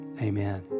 amen